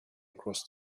across